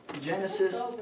Genesis